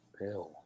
Ew